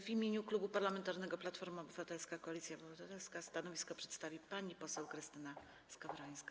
W imieniu Klubu Parlamentarnego Platforma Obywatelska - Koalicja Obywatelska stanowisko przedstawi pani poseł Krystyna Skowrońska.